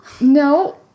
No